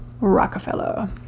Rockefeller